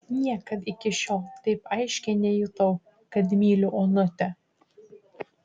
niekad iki šiol taip aiškiai nejutau kad myliu onutę